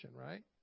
right